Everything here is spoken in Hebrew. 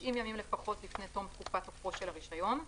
ימים לפחות לפני תום תקופת תוקפו של הרישיון.